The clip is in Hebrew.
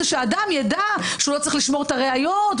זה שהאדם ידע שהוא לא צריך לשמור את הראיות,